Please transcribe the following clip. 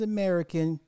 American